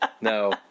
No